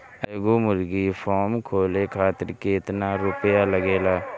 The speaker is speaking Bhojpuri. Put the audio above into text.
एगो मुर्गी फाम खोले खातिर केतना रुपया लागेला?